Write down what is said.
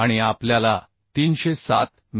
आणि आपल्याला 307 मि